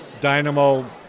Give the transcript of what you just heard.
dynamo